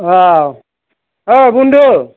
ओइ बुन्दु